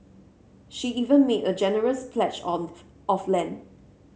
she even made a generous pledge of of land